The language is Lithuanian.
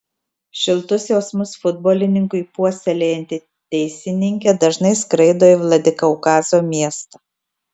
šiltus jausmus futbolininkui puoselėjanti teisininkė dažnai skraido į vladikaukazo miestą